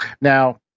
Now